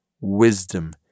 wisdom